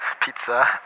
pizza